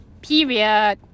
period